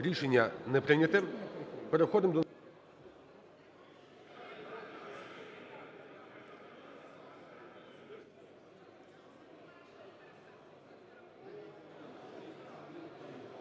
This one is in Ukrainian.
Рішення не прийняте. Переходимо до… 8-а.